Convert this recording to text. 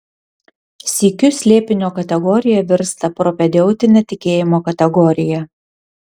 sykiu slėpinio kategorija virsta propedeutine tikėjimo kategorija